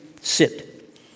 sit